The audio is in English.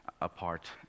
apart